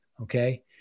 okay